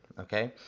okay.